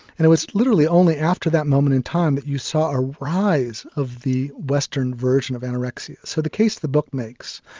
and it was literally only after that moment in time that you saw a rise of the western version of an anorexic. so the case the book makes,